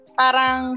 parang